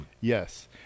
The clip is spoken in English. Yes